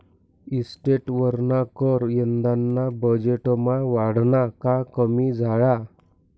इस्टेटवरना कर यंदाना बजेटमा वाढना का कमी झाया?